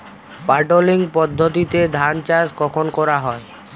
Puddling পদ্ধতিতে ধান চাষ কখন করা হয়?